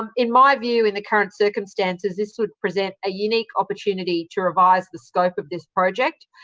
um in my view, in the current circumstances, this would present a unique opportunity to revise the scope of this project.